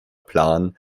plan